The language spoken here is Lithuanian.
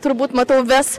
turbūt matau ves